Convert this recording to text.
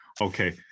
okay